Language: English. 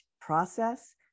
process